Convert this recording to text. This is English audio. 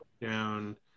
down